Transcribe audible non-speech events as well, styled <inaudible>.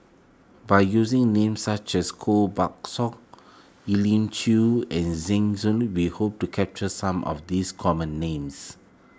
by using names such as Koh Buck Song Elim Chew and Zeng <unintelligible> we hope to capture some of these common names